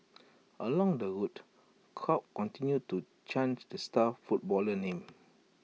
along the route crowds continued to chant the star footballer's name